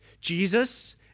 Jesus